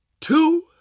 two